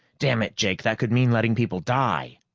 damn it, jake, that could mean letting people die!